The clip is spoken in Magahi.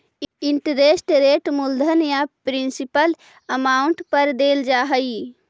इंटरेस्ट रेट मूलधन या प्रिंसिपल अमाउंट पर देल जा हई